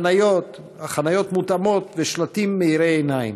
חניות מותאמות ושלטים מאירי עיניים.